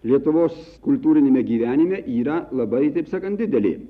lietuvos kultūriniame gyvenime yra labai taip sakant didelė